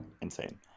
Insane